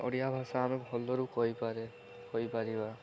ଓଡ଼ିଆ ଭାଷା ଆମେ ଭଲରୁ କହିପାରେ କହିପାରିବା